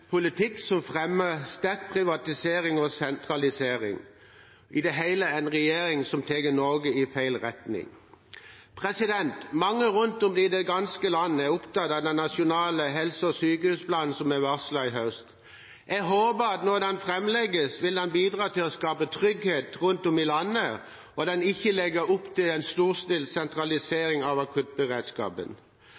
politikk som fremmer en sterk privatisering og sentralisering – i det hele en regjering som tar Norge i feil retning. Mange rundt om i det ganske land er opptatt av den nasjonale helse- og sykehusplanen som er varslet i høst. Jeg håper at når den framlegges, vil den bidra til å skape trygghet rundt om i landet, og at den ikke legger opp til en storstilt sentralisering av akuttberedskapen.